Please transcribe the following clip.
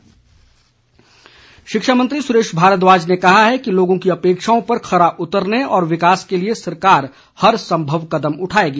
सुरेश भारद्वाज शिक्षा मंत्री सुरेश भारद्वाज ने कहा है कि लोगों की अपेक्षाओं पर खरा उतरने और विकास के लिए सरकार हर संभव कदम उठाएगी